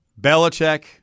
Belichick